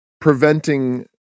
preventing